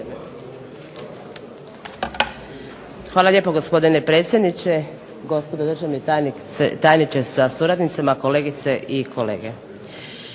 Hvala lijepo gospodine predsjedniče, gospodo državni tajniče sa suradnicima, kolegice i kolege.